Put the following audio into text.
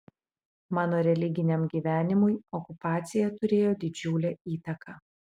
mano religiniam gyvenimui okupacija turėjo didžiulę įtaką